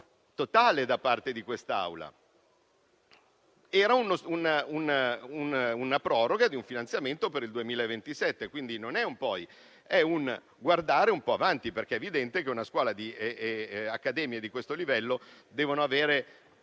Era la proroga di un finanziamento per il 2027 e, quindi, non è un poi, ma è un guardare un po' avanti. È evidente che accademie di questo livello devono avere